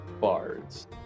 bards